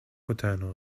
وتنها